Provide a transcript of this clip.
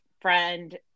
friend